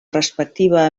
respectiva